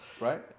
right